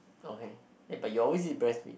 okay but you always eat breast meat